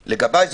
לגביי,